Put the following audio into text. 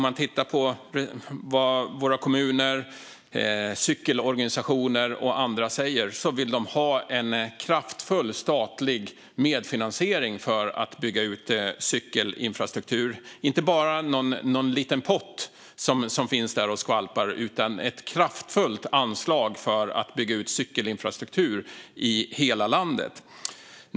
Men kommunerna, cykelorganisationerna och andra säger att de vill ha en kraftfull statlig medfinansiering för att bygga ut cykelinfrastruktur. Men det får inte bara vara en liten pott som finns där och skvalpar, utan det ska vara ett kraftfullt anslag för att bygga ut cykelinfrastruktur i hela landet.